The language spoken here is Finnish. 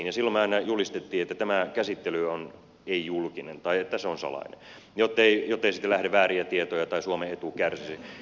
silloin me aina julistimme että tämä käsittely on ei julkinen tai että se on salainen jottei sitten lähde vääriä tietoja tai suomen etu kärsisi